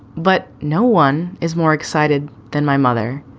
but no one is more excited than my mother.